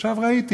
ועכשיו ראיתי,